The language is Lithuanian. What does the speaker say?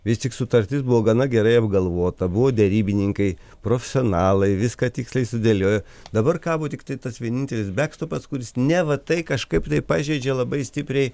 vis tik sutartis buvo gana gerai apgalvota buvo derybininkai profesionalai viską tiksliai sudėliojo dabar kabo tiktai tas vienintelis bekstopas kuris neva tai kažkaip tai pažeidžia labai stipriai